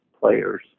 players